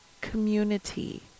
community